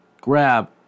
grab